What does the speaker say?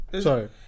Sorry